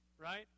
Right